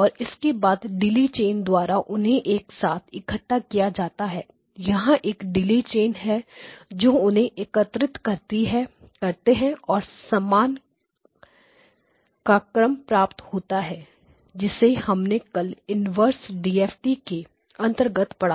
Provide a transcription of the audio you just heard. और उसके बाद डिले चैन द्वारा उन्हें एक साथ इकट्ठा किया जाता है यहां एक डिले चैन है जो उन्हें एकत्रित करते हैं और सम्मान का क्रम प्राप्त होता है जिसे हमने कल इनवर्स DFT के अंतर्गत पड़ा था